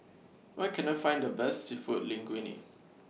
Where Can I Find The Best Seafood Linguine